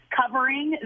covering